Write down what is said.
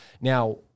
Now